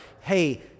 hey